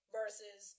versus